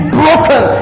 broken